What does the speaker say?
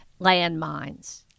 landmines